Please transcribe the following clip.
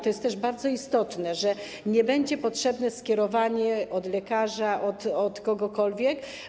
To jest bardzo istotne, że nie będzie potrzebne skierowanie od lekarza, od kogokolwiek.